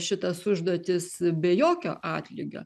šitas užduotis be jokio atlygio